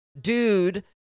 dude